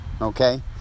okay